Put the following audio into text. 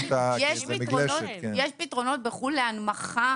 בחו"ל יש פתרונות להנמכה